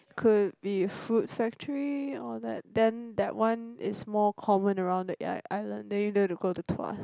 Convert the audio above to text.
could be food factory all that then that one is more common around the i~ island then you don't have to go to Tuas